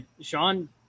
Sean